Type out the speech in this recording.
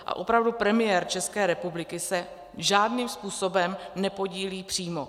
A opravdu, premiér České republiky se žádným způsobem nepodílí přímo.